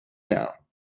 now